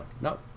No